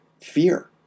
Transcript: fear